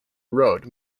road